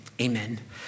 amen